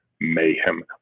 mayhem